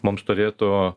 mums turėtų